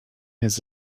his